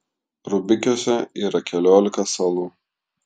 rubikiuose yra keliolika salų